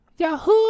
Yahoo